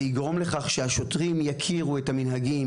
זה יגרום לכך שהשוטרים יכירו את המנהגים,